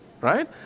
right